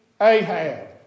Ahab